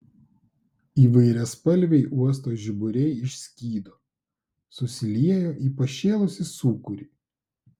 įvairiaspalviai uosto žiburiai išskydo susiliejo į pašėlusį sūkurį